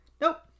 Nope